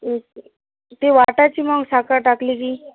ते वाटायची मग साखर टाकली की